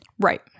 Right